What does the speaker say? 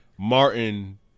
Martin